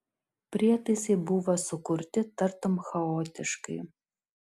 prietaisai buvo sukurti tartum chaotiškai